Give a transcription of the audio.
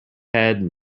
head